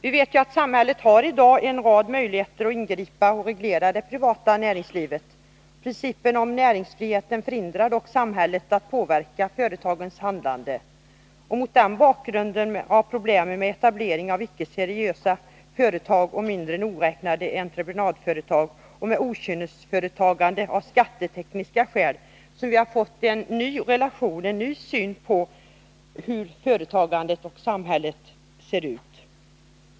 Vi vet att samhället i dag har en rad möjligheter att ingripa i och reglera det privata näringslivet. Principen om näringsfriheten förhindrar dock samhället att påverka företagens handlande. Mot bakgrund av problemen med etablering av icke seriösa företag, med mindre nogräknade entreprenadföretag och med ”okynnesföretagande” av skattetekniska skäl har en delvis ny syn på relationerna mellan samhället och företagen börjat tränga fram.